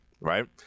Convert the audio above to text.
Right